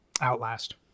Outlast